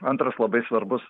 antras labai svarbus